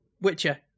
Witcher